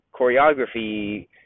choreography